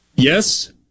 Yes